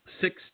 six